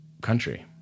country